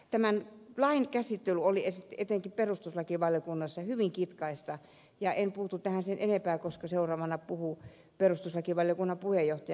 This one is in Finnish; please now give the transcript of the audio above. tämän lain käsittely oli etenkin perustuslakivaliokunnassa hyvin kitkaista ja en puutu tähän sen enempää koska seuraavana puhuu perustuslakivaliokunnan puheenjohtaja